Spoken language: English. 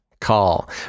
call